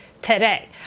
Today